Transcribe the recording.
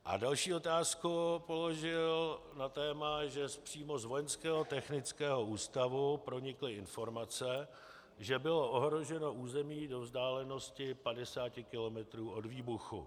A další otázku položil na téma, že přímo z Vojenského technického ústavu pronikly informace, že bylo ohroženo území do vzdálenosti padesáti kilometrů od výbuchu.